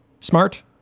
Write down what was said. Smart